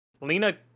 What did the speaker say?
lena